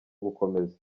gukomeza